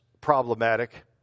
problematic